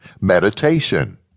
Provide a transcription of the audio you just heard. MEDITATION